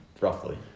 Roughly